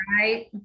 right